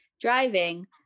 driving